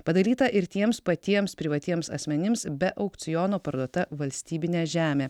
padaryta ir tiems patiems privatiems asmenims be aukciono parduota valstybinė žemė